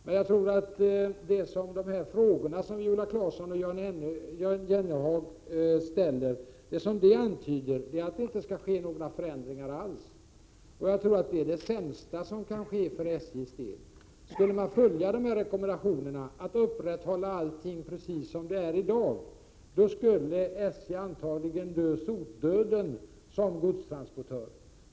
Men ide frågor som Viola Claesson och Jan Jennehag ställer så antyds att det inte skall ske några förändringar alls. Jag tror att det är det sämsta som kan ske för SJ:s del. Skulle man följa de här rekommendationerna, att upprätthålla allting precis som det är i dag, så skulle SJ antagligen dö sotdöden som godstransportör.